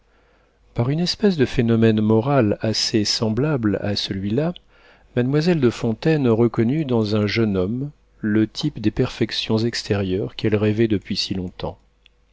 par une espèce de phénomène moral assez semblable à celui-là mademoiselle de fontaine reconnut dans un jeune homme le type des perfections extérieures qu'elle rêvait depuis si longtemps